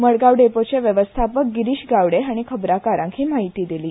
मडगांव डेपोचे वेवस्थापक गिरीश गावडे हाणीं खबराकारांक ही म्हायती दिली